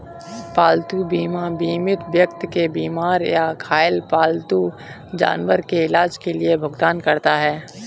पालतू बीमा बीमित व्यक्ति के बीमार या घायल पालतू जानवर के इलाज के लिए भुगतान करता है